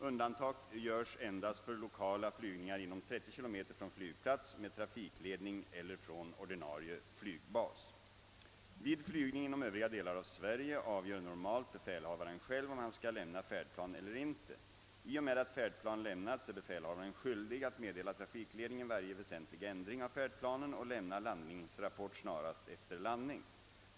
Undantag görs endast för 1okala flygningar inom 30 km från flygplats med trafikledning eller från ordinarie flygbas. Vid flygning inom Övriga delar av Sverige avgör normalt befälhavaren själv om han skall lämna färdplan eller inte. I och med att färdplan lämnats är befälhavaren skyldig att meddela trafikledningen varje väsentlig ändring av färdplanen och lämna landningsrapport snarast efter landning.